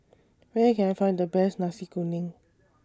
Where Can I Find The Best Nasi Kuning